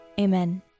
Amen